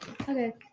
Okay